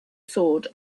sword